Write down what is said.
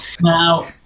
Now